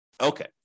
Okay